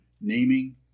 naming